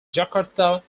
jakarta